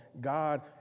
God